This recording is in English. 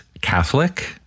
Catholic